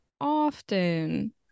often